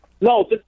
No